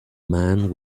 man